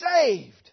saved